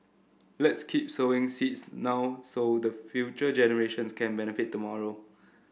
let's keep sowing seeds now so the future generations can benefit tomorrow